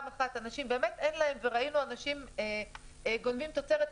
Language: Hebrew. ראינו אנשים גונבים תוצרת.